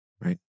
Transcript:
Right